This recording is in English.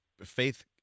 faith